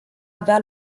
avea